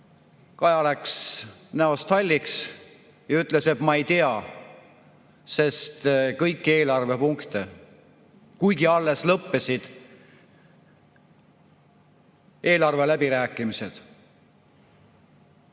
Kaja läks näost halliks ja ütles, et ta ei tea kõiki eelarvepunkte. Kuigi alles lõppesid eelarve läbirääkimised.